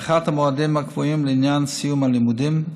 1. הארכת המועדים הקבועים לעניין סיום הלימודים,